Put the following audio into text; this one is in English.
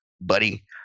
buddy